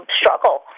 struggle